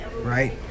right